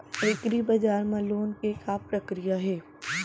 एग्रीबजार मा लोन के का प्रक्रिया हे?